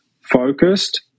focused